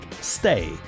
Stay